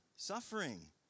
suffering